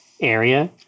area